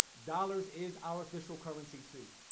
dollars is our official currency too.